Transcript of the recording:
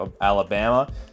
Alabama